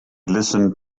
listened